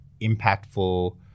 impactful